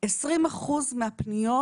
20% מהפניות,